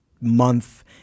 month